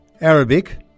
Arabic